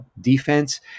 defense